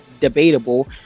debatable